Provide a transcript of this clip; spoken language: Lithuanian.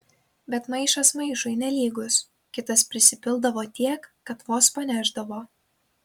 bet maišas maišui nelygus kitas prisipildavo tiek kad vos panešdavo